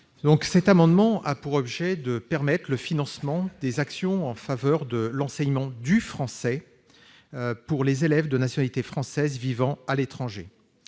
Cet amendement a pour objet de permettre le financement des actions en faveur de l'enseignement du français pour les élèves de nationalité française vivant à l'étranger.